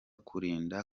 kurinda